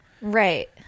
Right